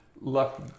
left